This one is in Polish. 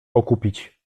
okupić